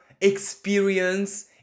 experience